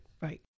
right